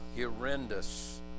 Horrendous